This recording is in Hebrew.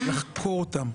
לחקור אותם.